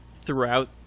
throughout